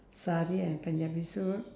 sari and punjabi suit